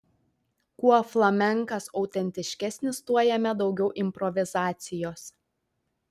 kuo flamenkas autentiškesnis tuo jame daugiau improvizacijos